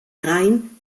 rhein